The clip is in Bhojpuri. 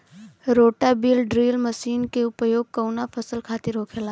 रोटा बिज ड्रिल मशीन के उपयोग कऊना फसल खातिर होखेला?